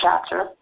chapter